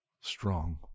Strong